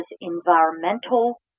environmental